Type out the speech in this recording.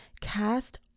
cast